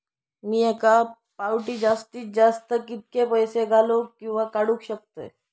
मी एका फाउटी जास्तीत जास्त कितके पैसे घालूक किवा काडूक शकतय?